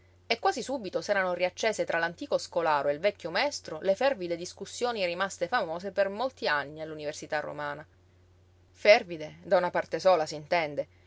e quasi subito s'erano riaccese tra l'antico scolaro e il vecchio maestro le fervide discussioni rimaste famose per molti anni all'università romana fervide da una parte sola